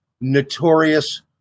notorious